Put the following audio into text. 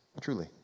truly